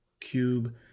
cube